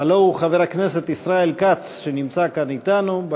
הלוא הוא חבר הכנסת ישראל כץ, שנמצא כאן אתנו.